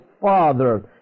father